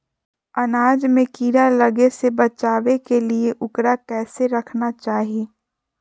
अनाज में कीड़ा लगे से बचावे के लिए, उकरा कैसे रखना चाही?